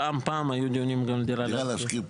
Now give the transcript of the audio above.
פעם פעם היו דיונים גם על דירה להשכיר.